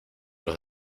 los